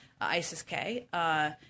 ISIS-K